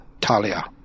Talia